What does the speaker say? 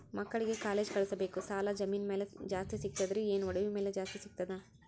ಮಕ್ಕಳಿಗ ಕಾಲೇಜ್ ಕಳಸಬೇಕು, ಸಾಲ ಜಮೀನ ಮ್ಯಾಲ ಜಾಸ್ತಿ ಸಿಗ್ತದ್ರಿ, ಏನ ಒಡವಿ ಮ್ಯಾಲ ಜಾಸ್ತಿ ಸಿಗತದ?